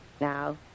Now